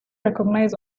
recognize